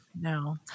no